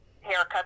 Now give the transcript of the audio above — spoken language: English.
haircut